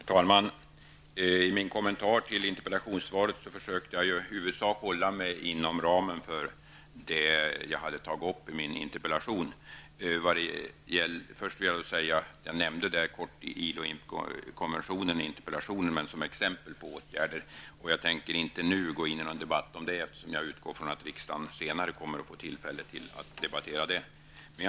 Herr talman! I min kommentar till interpellationssvaret försökte jag i huvudsak hålla mig inom ramen för det jag hade tagit upp i min interpellation. I interpellationen nämnde jag ILO konventionen som ett exempel på åtgärder. Jag tänker nu inte gå in i någon debatt om det, eftersom jag utgår ifrån att riksdagen senare kommer att få tillfälle att debattera detta.